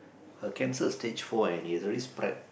her cancer stage four and it's already spread